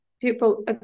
people